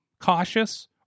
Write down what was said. cautious